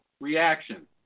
reaction